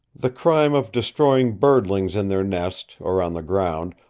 the crime of destroying birdlings in their nest, or on the ground,